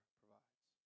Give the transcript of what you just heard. provides